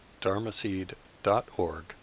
dharmaseed.org